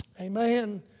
Amen